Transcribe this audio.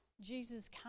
Jesus